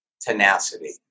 tenacity